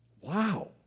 Wow